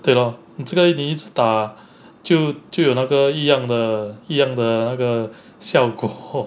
对咯你这个你一直打就就有那个一样的一样的那个效果